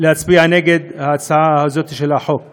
להצביע נגד הצעת החוק הזאת,